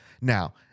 Now